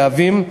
להבים,